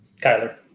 Kyler